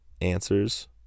answers